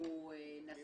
אם הוא נשוי.